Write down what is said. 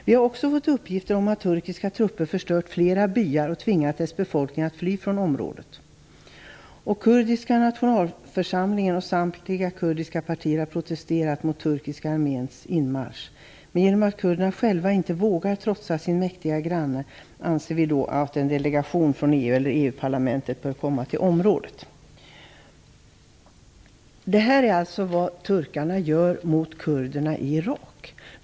Vi har också fått uppgifter om att turkiska trupper förstört flera byar och tvingat deras befolkningar att fly från området. Kurdiska nationalförsamlingen och samtliga kurdiska partier har protesterat mot den turkiska arméns inmarsch. Mot bakgrund av att kurderna själva inte vågar trotsa sin mäktiga granne anser vi att en delegation från EU eller EU-parlamentet bör komma till området. Det här är alltså vad turkarna gör mot kurderna i Irak.